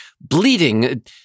bleeding